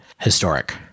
historic